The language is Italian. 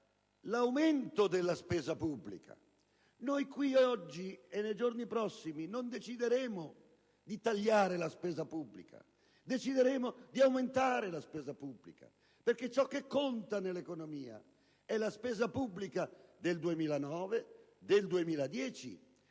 l'aumento della spesa pubblica. Noi qui, oggi e nei giorni prossimi, non decideremo di tagliare la spesa pubblica, ma di aumentarla, perché ciò che conta nell'economia è la spesa pubblica del 2009 e del 2010;